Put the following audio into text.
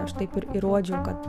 aš taip ir įrodžiau kad